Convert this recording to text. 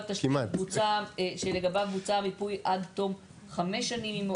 בגלל הרגישות של הבטיחות וגם